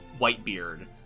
Whitebeard